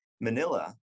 Manila